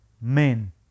men